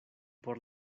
por